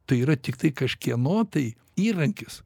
tai yra tiktai kažkieno tai įrankis